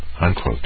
Unquote